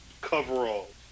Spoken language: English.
coveralls